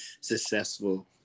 successful